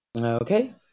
Okay